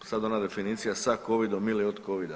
Sad ona definicija sa covidom ili od covida.